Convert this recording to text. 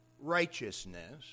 righteousness